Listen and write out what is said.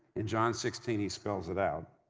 in john sixteen, he spells it out.